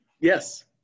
Yes